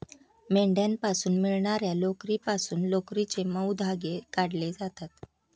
मेंढ्यांपासून मिळणार्या लोकरीपासून लोकरीचे मऊ धागे काढले जातात